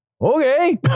okay